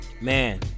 Man